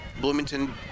Bloomington